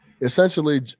essentially